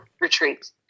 retreats